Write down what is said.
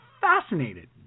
fascinated